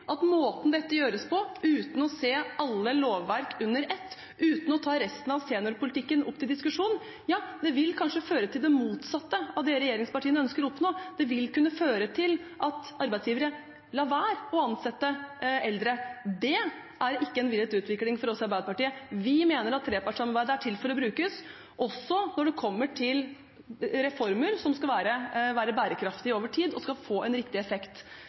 at måten dette gjøres på, uten å se alle lovverk under ett og uten å ta resten av seniorpolitikken opp til diskusjon, kanskje vil føre til det motsatte av det regjeringspartiene ønsker å oppnå. Det vil kunne føre til at arbeidsgivere lar være å ansette eldre. Det er ikke en villet utvikling for oss i Arbeiderpartiet. Vi mener at trepartssamarbeidet er til for å brukes, også når det kommer til reformer som skal være bærekraftige over tid og få en riktig effekt.